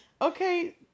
Okay